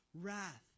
wrath